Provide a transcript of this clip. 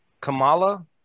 Kamala